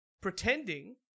Pretending